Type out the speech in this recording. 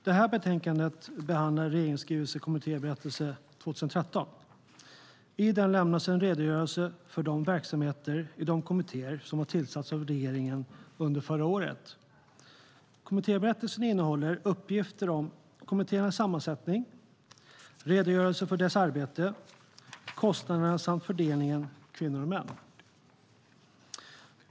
Herr talman! I detta betänkande behandlas regeringens skrivelse Kommittéberättelse 2013 . I den lämnas en redogörelse för verksamheten i de kommittéer som tillsattes av regeringen under förra året. Kommittéberättelsen innehåller uppgifter om kommittéernas sammansättning, redogörelser för deras arbete, kostnaderna samt fördelningen mellan kvinnor och män.